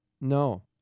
No